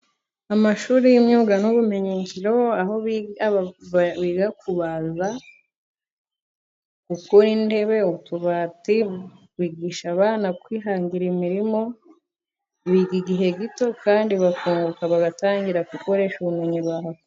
Amashuri y'imyuga n'ubumenyingiro, aho biga kubaza, gukora intebe, utubati, bigisha abana kwihangira imirimo. Biga igihe gito kandi bakunguka bagatangira gukoresha ubumenyi bahawe.